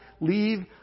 leave